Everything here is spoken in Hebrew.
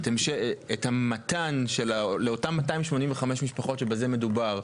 המתן לאותן 285 משפחות בהן מדובר,